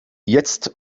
jetzt